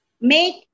make